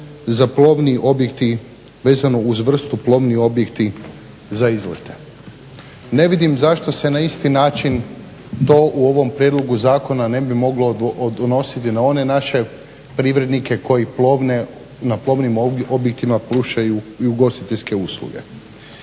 za plovni objekti, vezano uz vrstu plovni objekti za izlete. Ne vidim zašto se na isti način to u ovom prijedlogu zakona ne bi moglo odnositi na one naše privrednike koji na plovnim objektima pružaju i ugostiteljske usluge.